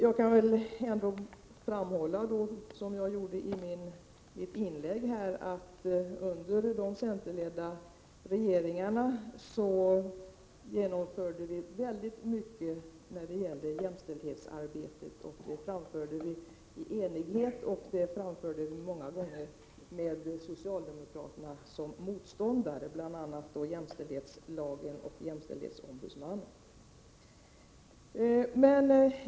Jag kan ändå framhålla, som jag gjorde i mitt inlägg, att det under de centerledda regeringarnas tid genomfördes mycket för jämställdhetsarbetet. Åtgärderna genomfördes i enighet, många gånger med socialdemokraterna som motståndare, bl.a. jämställdhetslagen och jämställdhetsombudsmannen.